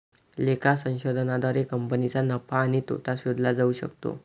लेखा संशोधनाद्वारे कंपनीचा नफा आणि तोटा शोधला जाऊ शकतो